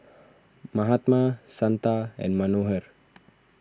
Mahatma Santha and Manohar